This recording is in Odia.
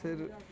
ଫେର୍